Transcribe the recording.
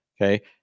Okay